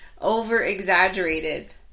over-exaggerated